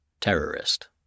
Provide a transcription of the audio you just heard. terrorist